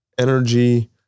energy